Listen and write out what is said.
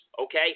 okay